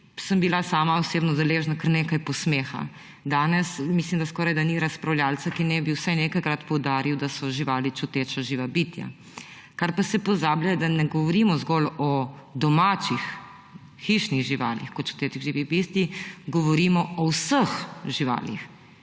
sem bila osebno deležna kar nekaj posmeha. Mislim, da danes skorajda ni razpravljavca, ki ne bi vsaj nekajkrat poudaril, da so živali čuteča živa bitja. Kar pa se pozablja, da ne govorimo zgolj o domačih hišnih živalih kot čutečih živih bitij, govorimo o vseh živalih.